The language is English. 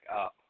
up